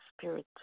Spirit